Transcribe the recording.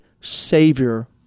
Savior